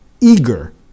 eager